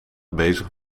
bezig